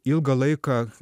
ilgą laiką